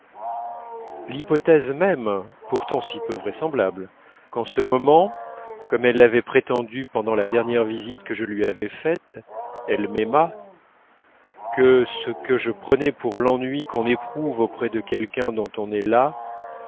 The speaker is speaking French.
l'hypothèse même pourtant si peu vraisemblable qu'en ce moment comme elle l'avait prétendu pendant la dernière visite que je lui avais faite elle m'aimât que ce que je prenais pour l'ennui qu'on éprouve auprès de quelqu'un dont on est las